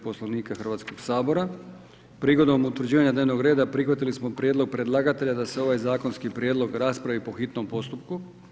Poslovnika Hrvatskog sabora prigodom utvrđivanja dnevnog reda prihvatili smo prijedlog predlagatelja da se ovaj zakonski prijedlog raspravi po hitnom postupku.